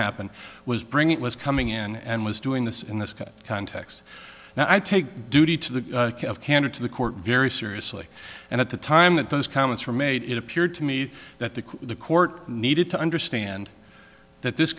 happen was bring it was coming in and was doing this in this context now i take duty to the candor to the court very seriously and at the time that those comments were made it appeared to me that the court needed to understand that this